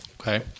Okay